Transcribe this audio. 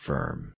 Firm